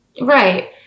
Right